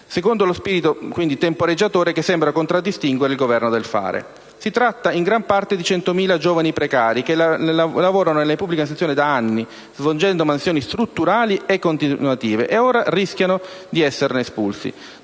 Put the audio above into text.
secondo lo spirito temporeggiatore che sembra contraddistinguere il «Governo del fare». Si tratta in gran parte di centomila giovani precari che lavorano nelle pubbliche amministrazioni da anni, svolgendo mansioni strutturali e continuative, e ora rischiano di esserne espulsi.